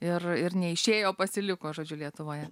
ir ir neišėjo pasiliko žodžiu lietuvoje